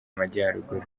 majyaruguru